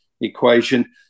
equation